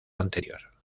anterior